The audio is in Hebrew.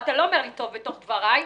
אתה לקחת את זה על חשבון חברים בקואליציה.